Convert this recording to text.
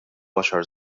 għaxar